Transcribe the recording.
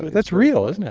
that's real, isn't it?